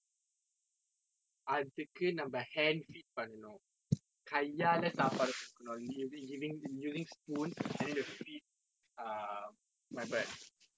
அதுக்கு நம்ம:athukka namma hand feed பண்ணனும் கையால சாப்பாடு கொடுக்கணும்:pannanum kayaala sappaadu kodukkanum in giving in using spoon and then to feed err my bird